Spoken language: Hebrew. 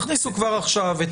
תכניסו כבר עכשיו,